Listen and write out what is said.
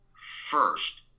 first